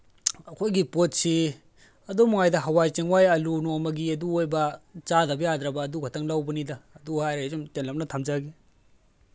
ꯑꯩꯈꯣꯏꯒꯤ ꯄꯣꯠꯁꯤ ꯑꯗꯨ ꯃꯉꯥꯏꯗ ꯍꯋꯥꯏ ꯆꯦꯡꯋꯥꯏ ꯑꯥꯜꯂꯨ ꯅꯣꯡꯃꯒꯤ ꯑꯗꯨ ꯑꯣꯏꯕ ꯆꯥꯗꯕ ꯌꯥꯗ꯭ꯔꯕ ꯑꯗꯨ ꯈꯛꯇꯪ ꯂꯧꯕꯅꯤꯗ ꯑꯗꯨ ꯍꯥꯏꯔ ꯑꯩ ꯁꯨꯝ ꯇꯦꯜꯂꯞꯅ ꯊꯝꯖꯒꯦ